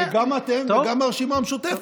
זה גם אתם וגם מהרשימה המשותפת.